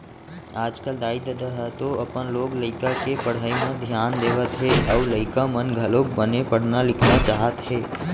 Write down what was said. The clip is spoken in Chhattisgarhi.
आजकल दाई ददा ह तो अपन लोग लइका के पढ़ई म धियान देवत हे अउ लइका मन घलोक बने पढ़ना लिखना चाहत हे